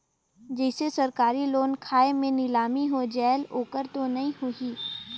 जैसे सरकारी लोन खाय मे नीलामी हो जायेल ओकर तो नइ होही?